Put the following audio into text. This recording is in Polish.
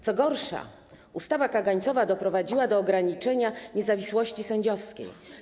Co gorsza, ustawa kagańcowa doprowadziła do ograniczenia niezawisłości sędziowskiej.